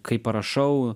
kai parašau